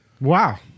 Wow